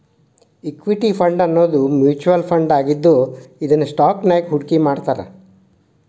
equity ಫಂಡನ್ನೋದು mutual ಫಂಡಾಗಿದ್ದು ಇದನ್ನ ಸ್ಟಾಕ್ಸ್ನ್ಯಾಗ್ ಹೂಡ್ಕಿಮಾಡ್ತಾರ